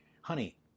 honey